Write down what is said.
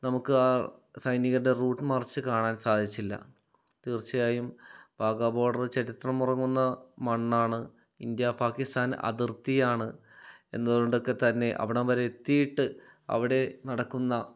നമുക്ക് ആ സൈനികരുടെ റൂട്ട് മാർച്ച് കാണാൻ സാധിച്ചില്ല തീർച്ചയായും വാഗാ ബോഡർ ചരിത്രം ഉറങ്ങുന്ന മണ്ണാണ് ഇന്ത്യ പാകിസ്ഥാൻ അതിർത്തിയാണ് എന്നതുകൊണ്ടൊക്കെ തന്നെ അവിടം വരെയൊക്കെ എത്തിയിട്ട് അവിടെ നടക്കുന്ന